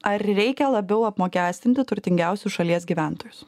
ar reikia labiau apmokestinti turtingiausius šalies gyventojus